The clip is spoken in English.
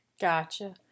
gotcha